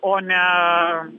o ne